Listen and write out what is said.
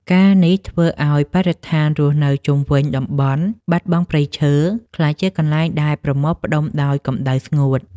ការណ៍នេះធ្វើឱ្យបរិស្ថានរស់នៅជុំវិញតំបន់បាត់បង់ព្រៃឈើ ក្លាយជាកន្លែងដែលប្រមូលផ្ដុំដោយកម្ដៅស្ងួត។